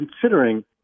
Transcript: considering